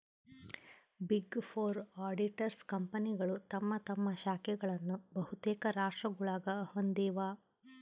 big four auditors ಕಂಪನಿಗಳು ತಮ್ಮ ತಮ್ಮ ಶಾಖೆಗಳನ್ನು ಬಹುತೇಕ ರಾಷ್ಟ್ರಗುಳಾಗ ಹೊಂದಿವ